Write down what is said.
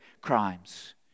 crimes